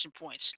points